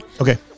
Okay